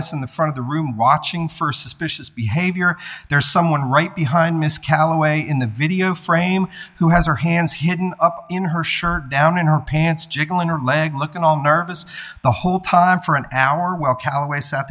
diocese in the front of the room watching for suspicious behavior there's someone right behind miss callaway in the video frame who has her hands hidden up in her shirt down in her pants jiggling her leg looking all nervous the whole time for an hour while callaway sat